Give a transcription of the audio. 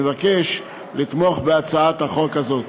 אני מבקש לתמוך בהצעת החוק הזאת.